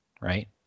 right